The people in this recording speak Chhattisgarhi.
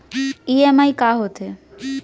ई.एम.आई का होथे?